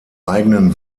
eigenen